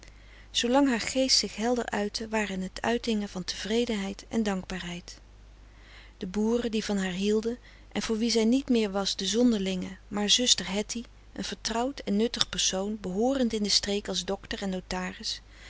zoolang haar geest zich helder uitte waren het uitingen van tevredenheid en dankbaarheid de boeren die van haar hielden en voor wie zij niet meer was de zonderlinge maar zuster hettie een vertrouwd en nuttig persoon behoorend in de streek als dokter en notaris